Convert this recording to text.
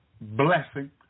blessing